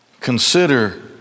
Consider